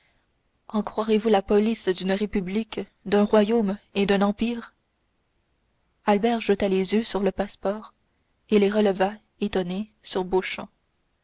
en croirez-vous la police d'une république d'un royaume et d'un empire albert jeta les yeux sur le passeport et les releva étonnés